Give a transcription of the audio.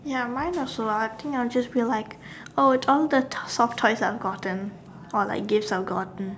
ya mine also I think I'll just be like oh it's all the soft toys I've gotten or like this are gone